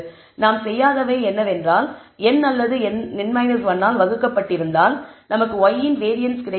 நாம் செய்யாதவை என்னவென்றால் n அல்லது n 1 ஆல் வகுக்கப்பட்டிருந்தால் நமக்கு y இன் வேரியன்ஸ் கிடைத்திருக்கும்